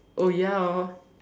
oh ya hor